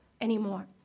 anymore